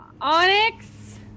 Onyx